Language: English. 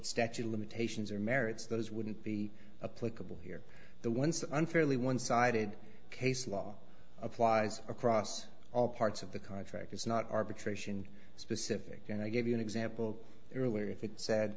statue limitations or merits those wouldn't be a political here the ones unfairly one sided case law applies across all parts of the contract it's not arbitration specific and i gave you an example earlier if it said